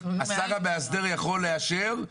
השר המהסדר יכול לאשר,